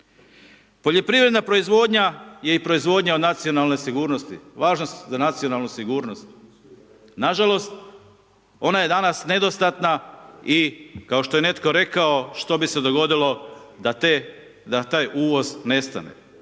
Poljoprivredna proizvodnja je i proizvodnja od nacionalne sigurnosti, važnost za nacionalnu sigurnost. Nažalost, ona je danas nedostatna i kao što je netko rekao, što bi se dogodilo da te, da taj uvoz nestane.